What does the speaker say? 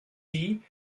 die